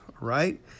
right